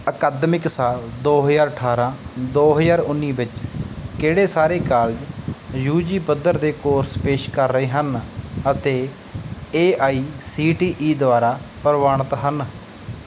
ਅਕਾਦਮਿਕ ਸਾਲ ਦੋ ਹਜ਼ਾਰ ਅਠਾਰ੍ਹਾਂ ਦੋ ਹਜ਼ਾਰ ਉੱਨੀ ਵਿੱਚ ਕਿਹੜੇ ਸਾਰੇ ਕਾਲਜ ਯੂ ਜੀ ਪੱਧਰ ਦੇ ਕੋਰਸ ਪੇਸ਼ ਕਰ ਰਹੇ ਹਨ ਅਤੇ A I C T E ਦੁਆਰਾ ਪ੍ਰਵਾਨਿਤ ਹਨ